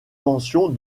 mention